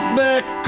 back